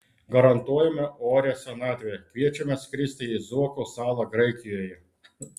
garantuojame orią senatvę kviečiame skristi į zuoko salą graikijoje